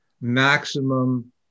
maximum